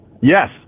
Yes